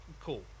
cool